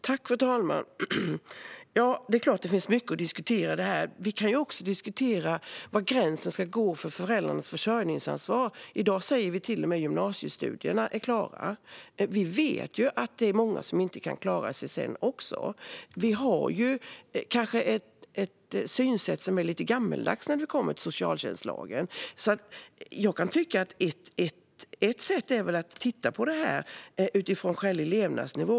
Fru talman! Det är klart att det finns mycket att diskutera i den här frågan. Vi kan också diskutera var gränsen ska gå för föräldrarnas försörjningsansvar. I dag säger vi att föräldrarna har försörjningsansvar fram till och med att gymnasiestudierna är klara. Vi vet att sedan är det också många som inte kan klara sig. Vi har kanske ett synsätt som är lite gammaldags när det gäller socialtjänstlagen. Jag kan tycka att ett sätt är att titta på detta utifrån skälig levnadsnivå.